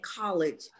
college